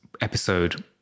episode